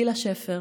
בלהה שפר,